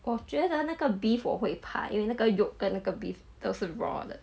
我觉得那个 beef 我会怕因为那个 yolk 改那个 beef 得是 raw